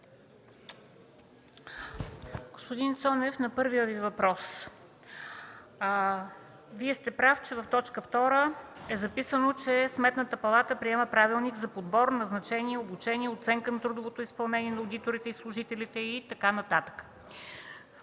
Господин Цонев, на първия Ви въпрос –Вие сте прав, че в т. 2 е записано, че Сметната палата приема Правилник за подбор, назначение, обучение, оценка на трудовото изпълнение на одиторите и служителите и така нататък.